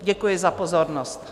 Děkuji za pozornost.